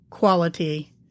Quality